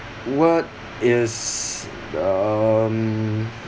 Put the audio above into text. what is um